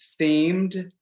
themed